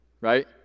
right